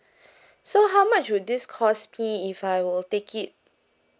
so how much will this cost me if I will take it